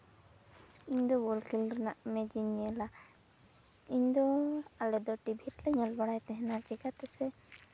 ᱤᱧ ᱫᱚ ᱵᱚᱞ ᱠᱷᱮᱞ ᱨᱮᱱᱟᱜ ᱢᱮᱪ ᱤᱧ ᱧᱮᱞᱟ ᱤᱧ ᱫᱚ ᱟᱞᱮ ᱫᱚ ᱴᱤᱵᱷᱤ ᱨᱮᱞᱮ ᱧᱮᱞ ᱵᱟᱲᱟᱭ ᱛᱟᱦᱮᱱᱟ ᱪᱤᱠᱟᱹ ᱛᱮᱥᱮ